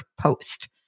post